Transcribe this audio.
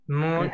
no